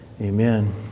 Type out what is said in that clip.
Amen